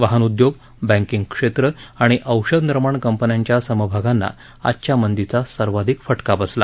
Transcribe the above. वाहन उद्योग बँकिंग क्षेत्र आणि औषध निर्माण कंपन्यांच्या समभागांना आजच्या मंदीचा सर्वाधिक फटका बसला